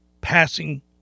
passing